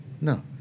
no